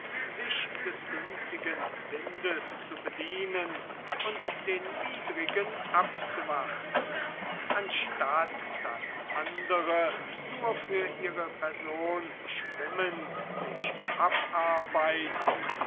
sich des günstigen windes zu bedienen und den widrigen abzuwarten anstatt daß andere nur für ihre person schwimmend sich abarbeiten